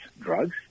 drugs